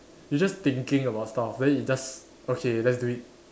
you're just thinking about stuff then you just okay let's do it